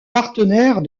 partenaire